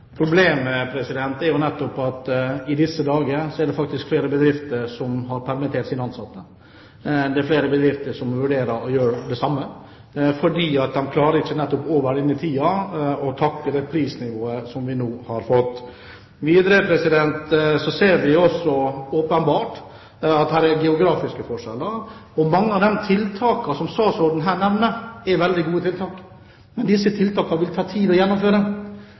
er nettopp at i disse dager er det flere bedrifter som har permittert sine ansatte. Det er flere bedrifter som vurderer å gjøre det samme, fordi de over tid ikke klarer å takle det prisnivået vi nå har fått. Videre ser vi at det her åpenbart er geografiske forskjeller. Mange av de tiltakene som statsråden her nevner, er veldig gode. Men disse tiltakene vil det ta tid å gjennomføre.